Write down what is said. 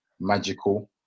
magical